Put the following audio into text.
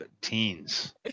teens